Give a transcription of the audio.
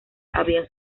había